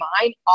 mind